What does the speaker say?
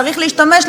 צריך להשתמש,